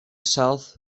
south